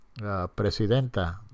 presidenta